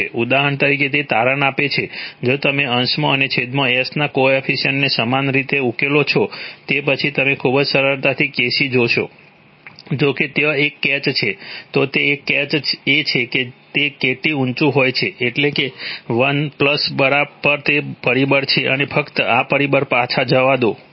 ઉદાહરણ તરીકે તે તારણ આપે છે જો તમે અંશમાં અને છેદમાં s ના કોએફિશિયન્ટ્સને સમાન કરીને ઉકેલો છો તો પછી તમે ખૂબ જ સરળતાથી Kc જોશો જો કે ત્યાં એક કેચ છે તો તે કેચ એ છે કે જો Kt ઊંચું હોય છે એટલે કે 1 પર તે આ પરિબળ છે મને ફક્ત આ પરિબળ પર પાછા જવા દો